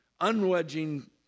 unwedging